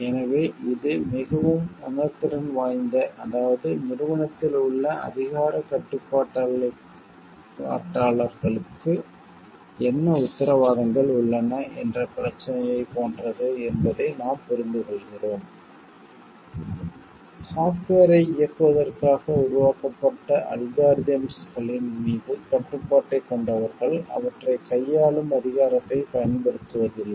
எனவே இது மிகவும் உணர்திறன் வாய்ந்த அதாவது நிறுவனத்தில் உள்ள அதிகாரக் கட்டுப்பாட்டாளர்களுக்கு என்ன உத்தரவாதங்கள் உள்ளன என்ற பிரச்சினையைப் போன்றது என்பதை நாம் புரிந்துகொள்கிறோம் சாப்ட்வேரை இயக்குவதற்காக உருவாக்கப்பட்ட அல்காரிதம்களின் மீது கட்டுப்பாட்டைக் கொண்டவர்கள் அவற்றைக் கையாளும் அதிகாரத்தைப் பயன்படுத்துவதில்லை